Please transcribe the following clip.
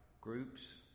groups